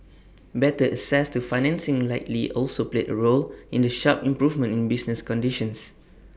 better access to financing likely also played A role in the sharp improvement in business conditions